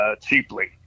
cheaply